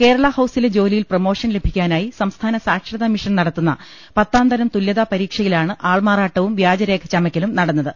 കേരള ഹൌസിലെ ജോലിയിൽ പ്രൊമോഷൻ ലഭിക്കാനായി സം സ്ഥാന സാക്ഷരതാമിഷൻ നടത്തുന്ന പത്താംതരം തുല്യതാപരീക്ഷയി ലാണ് ആൾമാറാട്ടവും വ്യാജരേഖ ചമയ്ക്കലും നടന്നത്